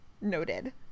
noted